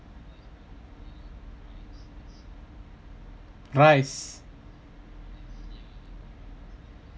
rice